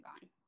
gone